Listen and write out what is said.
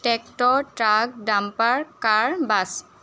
tractor truck dumper car bus